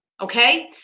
Okay